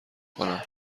کنند